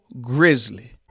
Grizzly